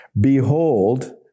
Behold